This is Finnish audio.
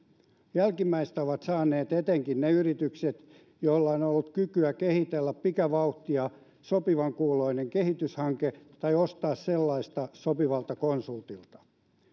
jälkimmäistä ovat saaneet etenkin ne yritykset joilla on on ollut kykyä kehitellä pikavauhtia sopivan kuuloinen kehityshanke tai ostaa sellainen sopivalta konsultilta